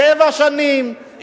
שבע שנים,